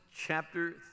chapter